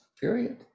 Period